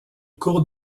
cours